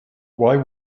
why